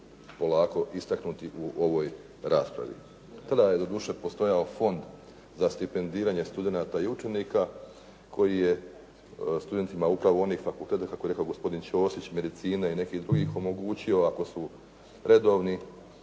polako istaknuti u ovoj raspravi. Tada je doduše postojao Fond za stipendiranje studenata i učenika koji je studentima upravo onih fakulteta, kako je rekao gospodin Ćosić medicine i nekih drugih, omogućio ako su redovni